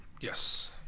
Yes